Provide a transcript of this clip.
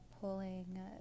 pulling